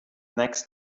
next